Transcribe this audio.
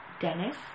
Dennis